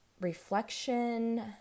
Reflection